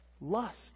Lust